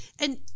And-